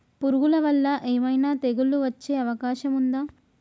పురుగుల వల్ల ఏమైనా తెగులు వచ్చే అవకాశం ఉందా?